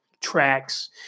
tracks